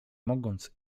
mogąc